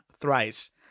thrice